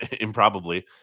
improbably